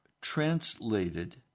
translated